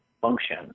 function